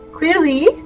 Clearly